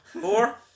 Four